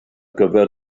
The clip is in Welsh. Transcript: gyfer